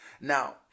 Now